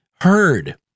heard